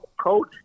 Coach